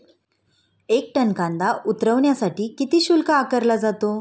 एक टन कांदा उतरवण्यासाठी किती शुल्क आकारला जातो?